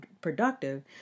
productive